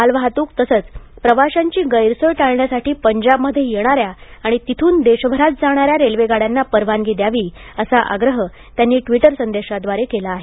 मालवाहतूक तसंच प्रवाशांची गैरसोय टाळण्यासाठी पंजाबमध्ये येणाऱ्या आणि तिथून देशभरांत जाणाऱ्या रेल्वेगाड्यांना परवानगी द्यावी असा आग्रह त्यांनी ट्विटर संदेशाद्वारे केला आहे